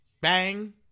Bang